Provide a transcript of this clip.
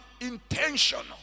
intentional